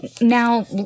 now